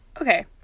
okay